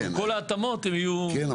כל ההתאמות הן יהיו --- כן,